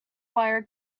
wire